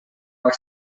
are